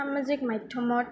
সামাজিক মাধ্যমত